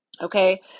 Okay